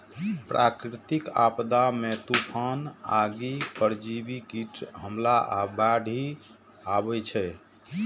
प्राकृतिक आपदा मे तूफान, आगि, परजीवी कीटक हमला आ बाढ़ि अबै छै